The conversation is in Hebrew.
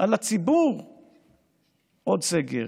על הציבור עוד סגר,